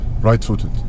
right-footed